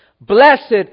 Blessed